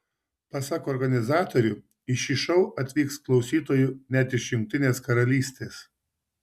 pasak organizatorių į šį šou atvyks klausytojų net iš jungtinės karalystės